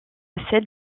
celle